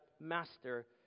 Master